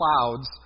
clouds